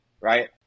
right